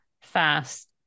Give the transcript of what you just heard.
fast